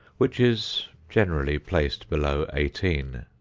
which is generally placed below eighteen.